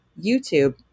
YouTube